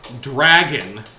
dragon